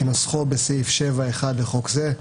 כנוסחו בסעיף 7(1) לחוק זה,